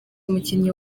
umukinnyi